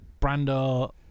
brando